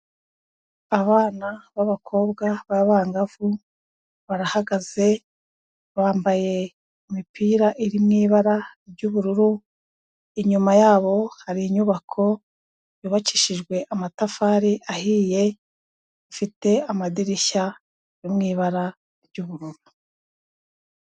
Abana b'abakobwa b'abangavu barahagaze bambaye imipira iri mu ibara ry'ubururu, inyuma y'abo hari inyubako yubakishijwe amatafari ahiye ifite amadirishya yo mu ibara ry'ubururu.